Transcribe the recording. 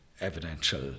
evidential